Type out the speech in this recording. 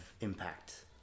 impact